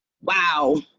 Wow